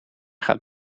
gaat